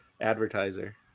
advertiser